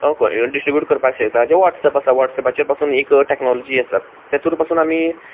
distribute करपाक शकता जें व्हॉट्सेप आसा व्हॉट्सेपाचेर पासून एक टेक्नॉलॉजी आसा तातूंत पासून आमी